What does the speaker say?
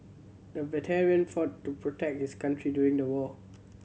the veteran fought to protect his country during the war